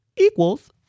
equals